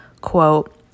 quote